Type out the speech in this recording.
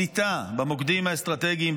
שליטה במוקדים האסטרטגיים,